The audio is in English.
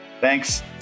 Thanks